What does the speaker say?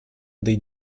dei